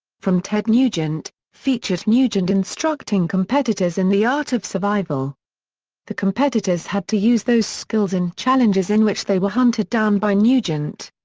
from ted nugent, featured nugent instructing competitors in the art of survival the competitors had to use those skills in challenges in which they were hunted down by nugent.